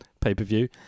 pay-per-view